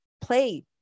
play